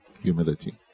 humility